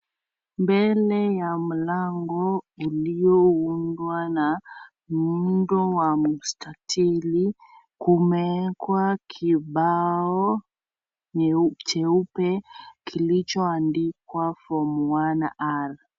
Mbele ya mlango uliyoundwa na muundo wa mstatili. Kumewekwa kibao cheupe kilichoandikwa form one R .